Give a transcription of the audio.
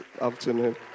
afternoon